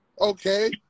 Okay